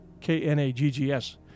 K-N-A-G-G-S